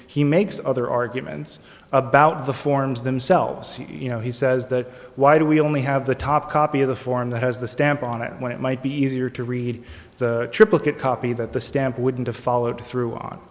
he makes other arguments about the forms themselves you know he says that why do we only have the top copy of the form that has the stamp on it when it might be easier to read triplicate copy that the stamp wouldn't have followed through on